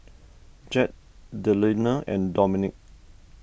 Jett Delina and Dominque